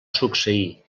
succeir